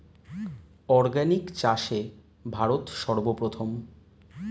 organic চাষে ভারত সর্বপ্রথম